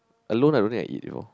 alone I don't think I eat you know